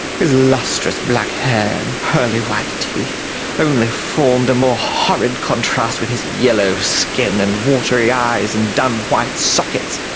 his lustrous black hair and pearly white teeth only formed a more horrid contrast with his yellow skin and watery eyes and dun white sockets,